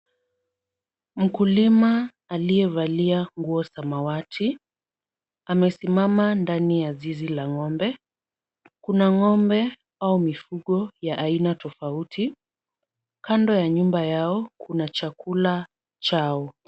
Mkulima aliyevalia nguo samawati. Amesimama ndani ya zizi la ng'ombe. Kuna ng'ombe au mifugo ya aina tofauti. Kando ya nyumba yao kuna chakula chao.